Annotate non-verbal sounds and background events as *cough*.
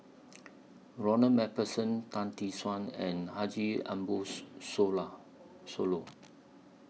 Ronald MacPherson Tan Tee Suan and Haji Ambo *unintelligible* Sooloh